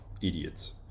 idiots